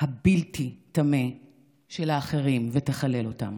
הבלתי-טמא של האחרים ותחלל אותם.